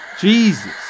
Jesus